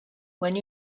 when